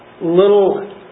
little